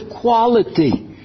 quality